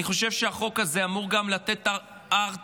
אני חושב שהחוק הזה גם אמור לתת הרתעה